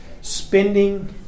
spending